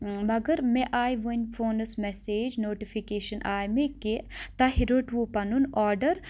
مَگر مےٚ آیہِ وٕنۍ فونَس مؠسیج نوٹِفِکیشَن آیہِ مےٚ کہِ تۄہہِ روٹوٕ پَنُن آرڈر